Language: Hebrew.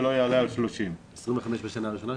שלא יעלה על 30. 25 בשנה הראשונה,